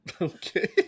Okay